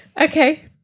Okay